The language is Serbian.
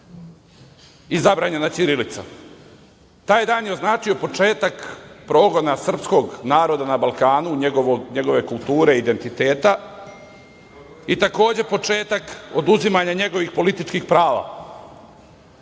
i zabranjena ćirilica. Taj dan je označio početak progona srpskog naroda na Balkanu, njegove kulture, identiteta i takođe, početak oduzimanja njegovih političkih prava.